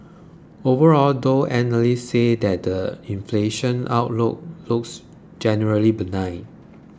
overall though analysts said the inflation outlook looks generally benign